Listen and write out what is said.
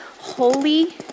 holy